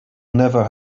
never